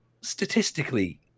statistically